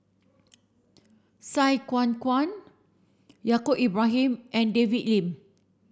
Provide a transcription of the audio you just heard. Sai Kuan Kuan Yaacob Ibrahim and David Lim